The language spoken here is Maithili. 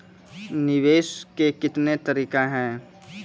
निवेश के कितने तरीका हैं?